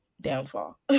downfall